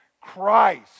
Christ